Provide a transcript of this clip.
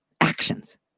actions